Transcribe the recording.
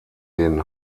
den